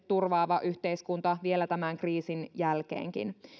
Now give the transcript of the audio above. turvaava yhteiskunta vielä tämän kriisin jälkeenkin